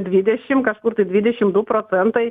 dvidešim kažkur tai dvidešim du procentai